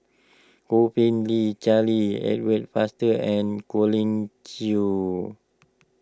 Yo Po Tee Charles Edward Faber and Colin Cheong